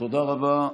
תודה רבה.